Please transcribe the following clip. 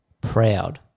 proud